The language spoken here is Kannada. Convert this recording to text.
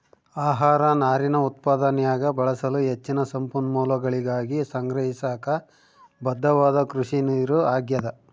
ಆಹಾರ ನಾರಿನ ಉತ್ಪಾದನ್ಯಾಗ ಬಳಸಲು ಹೆಚ್ಚಿನ ಸಂಪನ್ಮೂಲಗಳಿಗಾಗಿ ಸಂಗ್ರಹಿಸಾಕ ಬದ್ಧವಾದ ಕೃಷಿನೀರು ಆಗ್ಯಾದ